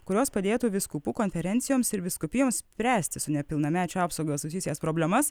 kurios padėtų vyskupų konferencijoms ir vyskupijoms spręsti su nepilnamečių apsauga susijusias problemas